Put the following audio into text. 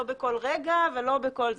לא בכל רגע ולא בכל זה...